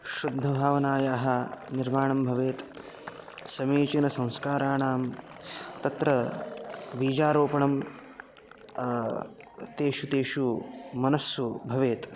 शुद्धभावनायाः निर्माणं भवेत् समीचीनसंस्काराणां तत्र बीजारोपणं तेषु तेषु मनस्सु भवेत्